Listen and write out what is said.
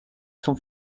sont